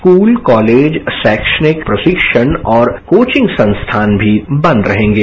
school college शैक्षणिक प्रशिक्षण और कोचिंग संस्थान भी बंद रहेंगे